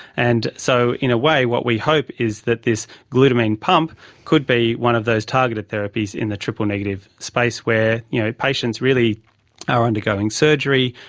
and so in a way what we hope is that this glutamine pump could be one of those targeted therapies in the triple-negative space where you know patients really are undergoing surgery,